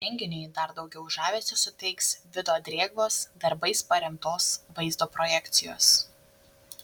renginiui dar daugiau žavesio suteiks vido drėgvos darbais paremtos vaizdo projekcijos